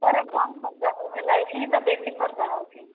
ଉପରେ କମ ଖର୍ଚ୍ଚ ହେଉଥିଲା ଏଥିରେ ତ ବେଶୀ ଖର୍ଚ୍ଚ ହେଉଛି